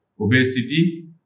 obesity